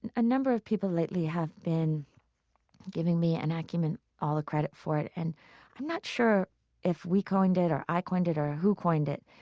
and a number of people lately have been giving me and acumen all the credit for it. and i'm not sure if we coined it or i coined it or who coined it,